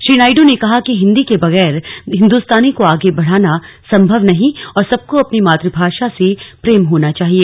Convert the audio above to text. श्री नायड् ने कहा कि हिन्दी के बगैर हिन्दुस्तानी को आगे बढ़ाना संभव नहीं और सबको अपनी मातृभाषा से प्रेम होना चाहिए